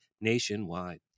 Nationwide